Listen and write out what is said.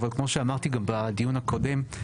אבל כמו שאמרתי גם בדיון הקודם,